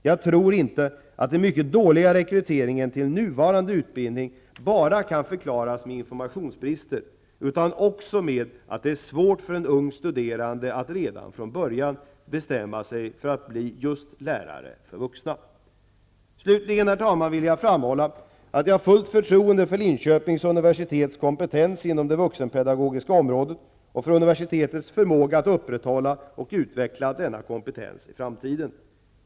Jag tror inte att den mycket dåliga rekryteringen till nuvarande utbildning kan förklaras bara med informationsbrister. Det är nog också svårt för en ung studerande att redan från början bestämma sig för att bli just lärare för vuxna. Slutligen vill jag framhålla att jag har fullt förtroende för Linköpings universitets kompetens inom det vuxenpedagogiska området och för universitetets förmåga att upprätthålla och utveckla denna kompetens i framtiden.